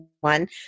one